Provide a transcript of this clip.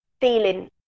feeling